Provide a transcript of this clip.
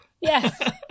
yes